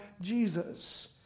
Jesus